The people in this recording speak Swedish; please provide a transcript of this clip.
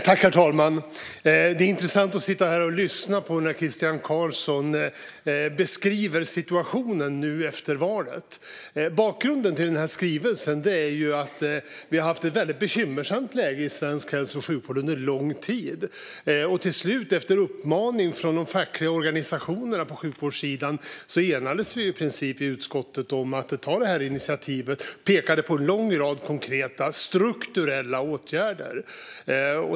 Herr talman! Det är intressant att sitta här och lyssna när Christian Carlsson beskriver situationen nu efter valet. Bakgrunden till den här skrivelsen är att vi har haft ett väldigt bekymmersamt läge i svensk hälso och sjukvård under lång tid. Till slut, efter uppmaning av de fackliga organisationerna på sjukvårdssidan, enades vi i princip i utskottet om att ta det här initiativet och pekade på en lång rad konkreta, strukturella åtgärder.